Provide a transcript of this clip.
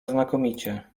znakomicie